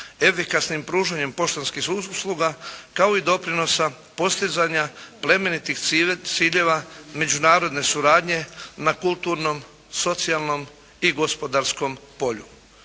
efikasnim pružanjem poštanskih usluga, kao i doprinosa postizanja plemenitih ciljeva međunarodne suradnje na kulturnom, socijalnom i gospodarskom polju.